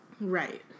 Right